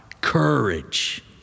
courage